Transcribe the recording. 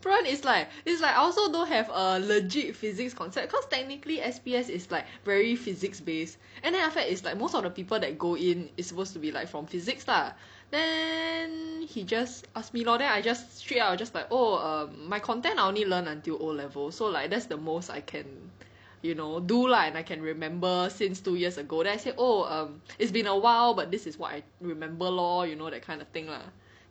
不然 is like is like I also don't have a legit physics concept cause technically S_P_S is like very physics-based and then after that is like most of the people that go in is supposed to be like from physics lah then he just ask me lor then I just straight up I just like oh um my content I only learn until O level so like that's the most I can you know do lah and I can remember since two years ago then I say oh um it's been awhile but this is what I remember lor you know that kind of thing lah